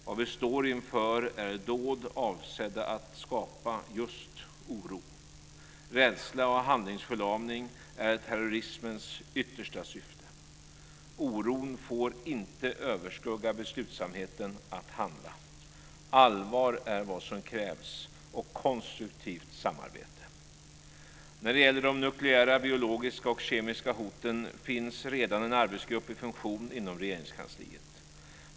Vad vi står inför är dåd avsedda att skapa just oro. Rädsla och handlingsförlamning är terrorismens yttersta syfte. Oron får inte överskugga beslutsamheten att handla. Allvar är vad som krävs, och konstruktivt samarbete. När det gäller de nukleära, biologiska och kemiska hoten finns redan en arbetsgrupp i funktion inom Regeringskansliet.